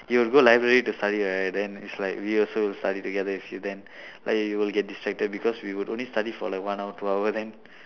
you will go library to study right then it's like we also study together with you then like we will get distracted because we would only study for like one hour two hour then